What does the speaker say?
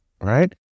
Right